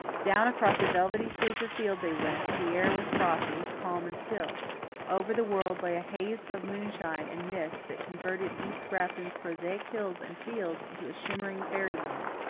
down across a velvety sweep of field they went the air was frosty, calm and still over the world lay a haze of moonshine and mist that converted east grafton's prosaic hills and fields into a shimmering fairyland.